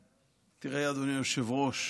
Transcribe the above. תראה, אדוני היושב-ראש,